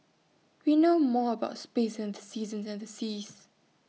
we know more about space than the seasons and the seas